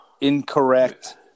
incorrect